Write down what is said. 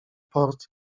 port